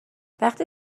وقتی